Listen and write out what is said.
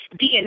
DNA